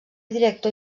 director